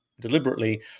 deliberately